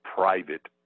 private